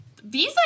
Visa